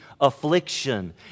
affliction